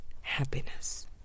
happiness